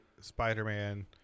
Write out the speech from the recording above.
Spider-Man